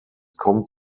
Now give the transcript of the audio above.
kommt